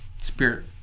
spirit